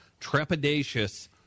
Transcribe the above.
trepidatious